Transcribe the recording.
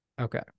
Okay